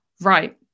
right